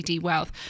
Wealth